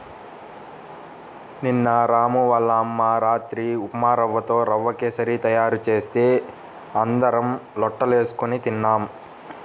నిన్న రాము వాళ్ళ అమ్మ రాత్రి ఉప్మారవ్వతో రవ్వ కేశరి తయారు చేస్తే అందరం లొట్టలేస్కొని తిన్నాం